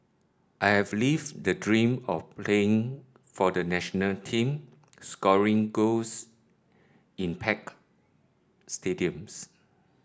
I have lived the dream of playing for the national team scoring goals in packed stadiums